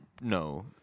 No